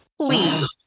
Please